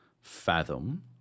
fathom